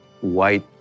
white